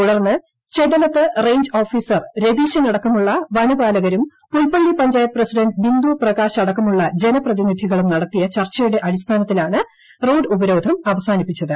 തുടർന്ന് ചെർലത്ത് range officer രതീശനടക്കമുള്ള വനപാലകരും പൂൽപ്പള്ളി പഞ്ചായത്ത് പ്രസിഡന്റ് ബിന്ദു പ്രകാശടക്കമുള്ള ജനപ്പത്രീൻിധികളും നടത്തിയ ചർച്ചയുടെ അടിസ്ഥാനത്തിലാണ് റോഡ് ് ഉപ്പ്രോധം അവസാനിപ്പിച്ചത്